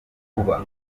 kuba